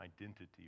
identity